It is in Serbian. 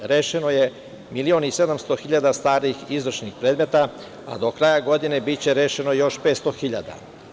Rešeno je milion i 700 hiljada starih izvršnih predmeta, a do kraja godine biće rešeno još 500 hiljada.